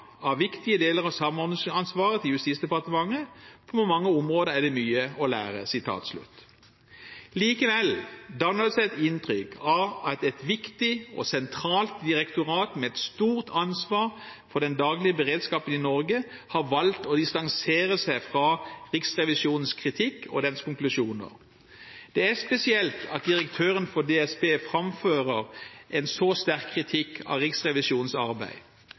av viktige deler av samordningsansvaret til Justis- og beredskapsdepartementet. På mange områder er det mye å lære.» Likevel danner det seg et inntrykk av at et viktig og sentralt direktorat med et stort ansvar for den daglige beredskapen i Norge har valgt å distansere seg fra Riksrevisjonens kritikk og dens konklusjoner. Det er spesielt at direktøren for DSB framfører en så sterk kritikk av Riksrevisjonens arbeid.